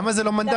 למה זה לא מנדט?